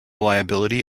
liability